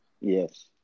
Yes